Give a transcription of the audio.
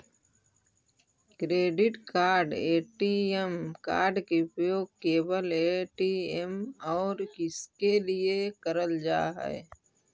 Credit card ATM card के उपयोग केवल ए.टी.एम और किसके के लिए करल जा है?